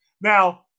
Now